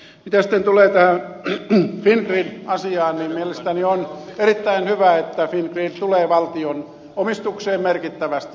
mitä sitten tulee tähän fingrid asiaan niin mielestäni on erittäin hyvä että fingrid tulee valtion omistukseen merkittävästi